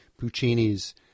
Puccini's